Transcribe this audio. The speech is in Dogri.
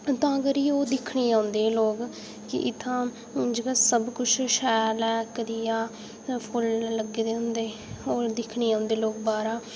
तां करियै ओह् दिक्खने ई औंदे एह् लोक कि इत्थूं दा जेह्ड़ा सब किश शैल ऐ कदें फुल्ल लग्गे दे होंदे ओह् दिक्खने ई औंदे बाह्रा